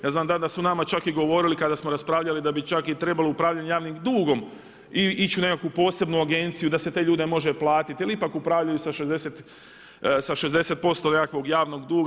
Ja znam da su nama čak i govorili, kada smo raspravljali da bi čak trebalo upravljanje javnim dugom, ići u nekakvu posebnu agenciju, da se te ljude može platiti, jer ipak upravljaju sa 60% javnog duga.